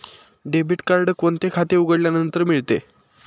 Debit card कोणते खाते उघडल्यानंतर मिळते?